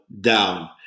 down